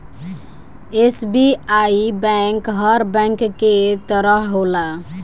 SBI bank हर bank के तरह होला